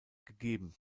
gegeben